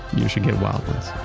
you should get wild ones